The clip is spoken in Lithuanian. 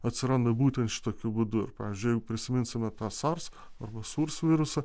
atsiranda būtent šitokiu būdu ir pavyzdžiui jeigu prisiminsime tą sars arba surs virusą